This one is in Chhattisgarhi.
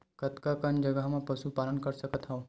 कतका कन जगह म पशु पालन कर सकत हव?